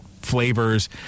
flavors